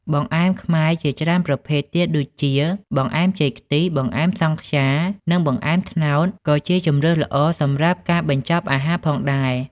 បង្អែមខ្មែរ ជាច្រើនប្រភេទទៀតដូចជា បង្អែមចេកខ្ទិះ បង្អែមសង់ខ្យានិងបង្អែមត្នោត ក៏ជាជម្រើសដ៏ល្អសម្រាប់ការបញ្ចប់អាហារផងដែរ